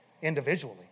individually